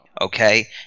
Okay